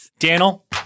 Daniel